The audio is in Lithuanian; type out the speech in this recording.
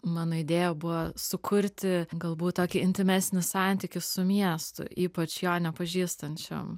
mano idėja buvo sukurti galbūt tokį intymesnis santykis su miestu ypač jo nepažįstančiam